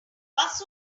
bus